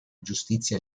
giustizia